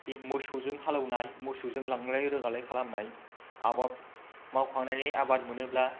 मोसौजों हालौनाय मोसौजों लांलाय रोगानाय खालामनाय आबाद मावखांनानै आबाद मोनोब्ला